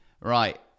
Right